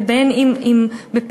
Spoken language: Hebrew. ובין אם בפורנוגרפיה,